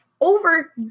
over